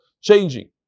changing